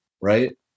right